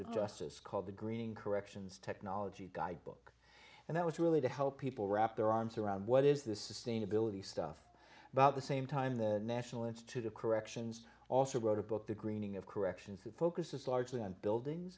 the justice called the greening corrections technology guidebook and that was really to help people wrap their arms around what is the sustainability stuff about the same time the national institute of corrections also wrote a book the greening of corrections that focuses largely on buildings